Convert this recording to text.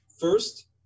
First